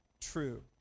true